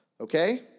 Okay